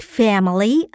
family